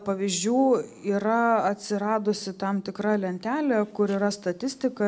pavyzdžių yra atsiradusi tam tikra lentelė kur yra statistika